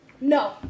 No